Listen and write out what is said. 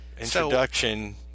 introduction